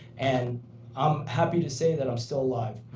and i'm happy to say that i'm still alive.